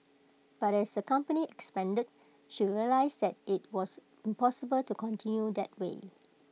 but as the company expanded she realised that IT was impossible to continue that way